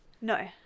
No